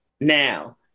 Now